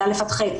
זה א' עד ח',